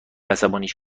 عصبانیش